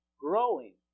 growing